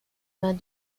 vingt